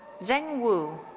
zheng wu.